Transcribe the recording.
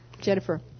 Jennifer